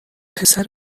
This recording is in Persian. پسر